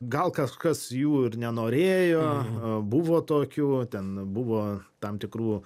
gal kažkas jų ir nenorėjo buvo tokių ten buvo tam tikrų